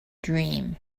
dream